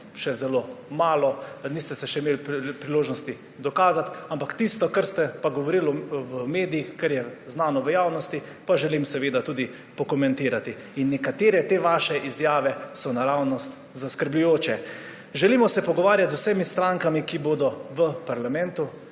še zelo malo. Niste se še imeli priložnost dokazati, ampak tisto, kar ste pa govorili v medijih, kar je znano v javnosti, pa želim seveda tudi pokomentirati. In nekatere te vaše izjave so naravnost zaskrbljujoče. »Želimo se pogovarjati z vsemi strankami, ki bodo v parlamentu,